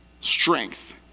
strength